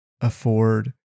afford